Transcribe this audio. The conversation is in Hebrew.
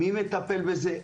מי מטפל בזה,